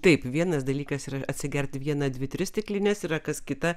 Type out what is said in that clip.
taip vienas dalykas yra atsigerti vieną dvi tris stiklines yra kas kita